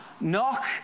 Knock